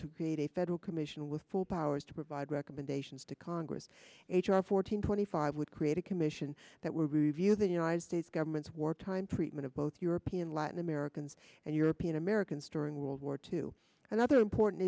a federal commission with full powers to provide recommendations to congress h r fourteen twenty five would create a commission that will review the united states government's wartime pretend to both european latin americans and european americans during world war two another important